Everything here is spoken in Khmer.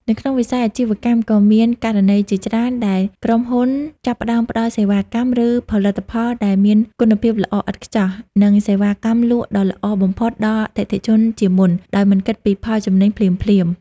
នៅក្នុងវិស័យអាជីវកម្ម ក៏មានករណីជាច្រើនដែលក្រុមហ៊ុនចាប់ផ្តើមផ្តល់សេវាកម្ម ឬផលិតផលដែលមានគុណភាពល្អឥតខ្ចោះ និងសេវាកម្មលក់ដ៏ល្អបំផុតដល់អតិថិជនជាមុន ដោយមិនគិតពីផលចំណេញភ្លាមៗ។